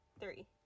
three